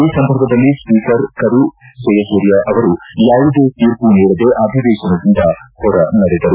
ಈ ಸಂದರ್ಭದಲ್ಲಿ ಸ್ಪೀಕರ್ ಕರು ಜಯಸೂರ್ಯ ಅವರು ಯಾವುದೇ ತೀರ್ಪು ನೀಡದೆ ಅಧಿವೇಶನದಿಂದ ಹೊರ ನಡೆದರು